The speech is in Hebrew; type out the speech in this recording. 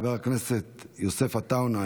חבר הכנסת יוסף עטאונה,